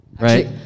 right